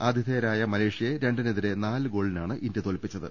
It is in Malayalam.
ആതിഥേയരായ മലേഷ്യയെ രണ്ടിനെതിരെ നാല് ഗോളിനാണ് ഇന്തൃ തോൽപിച്ചത്